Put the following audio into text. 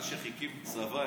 אלשיך הקים צבא,